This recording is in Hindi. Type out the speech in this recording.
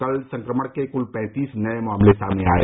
कल संक्रमण के कुल पैंतीस नए मामले सामने आये